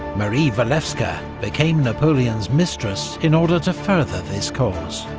marie walewska became napoleon's mistress in order to further this cause.